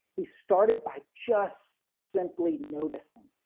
he started by just simply noticing.